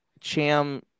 Cham